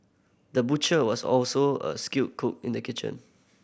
the butcher was also a skilled cook in the kitchen